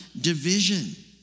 division